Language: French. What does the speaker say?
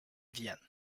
vienne